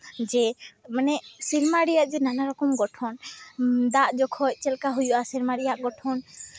ᱡᱮ ᱢᱟᱱᱮ ᱥᱮᱨᱢᱟ ᱨᱮᱭᱟᱜ ᱡᱮ ᱱᱟᱱᱟ ᱨᱚᱠᱚᱢ ᱜᱚᱴᱷᱚᱱ ᱫᱟᱜ ᱡᱚᱠᱷᱚᱡ ᱪᱮᱫ ᱠᱟ ᱦᱩᱭᱩᱜᱼᱟ ᱥᱮᱨᱢᱟ ᱨᱮᱭᱟᱜ ᱜᱚᱴᱷᱚᱱ